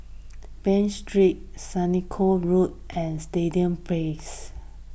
Bain Street Senoko Road and Stadium Place